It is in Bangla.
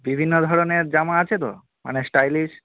বিভিন্ন ধরনের জামা আছে তো মানে স্টাইলিশ